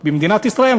במדינת ישראל,